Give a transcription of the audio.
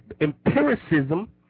empiricism